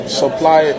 supply